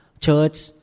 church